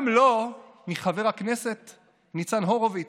גם לא מחבר הכנסת ניצן הורוביץ,